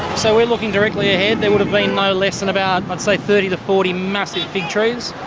so we are looking directly ahead, there would have been no less than about but so thirty to forty massive fig trees.